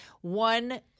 one